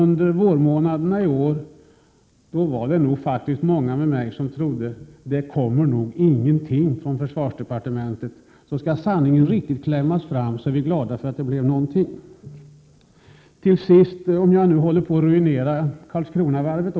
Under vårmånaderna i år var det nog många med mig som trodde att det inte skulle komma någonting från försvarsdepartementet. Så skall sanningen fram är vi faktiskt glada över att det blev någonting. Försvarsministern gör gällande att jag nu håller på att ruinera Karlskronavarvet.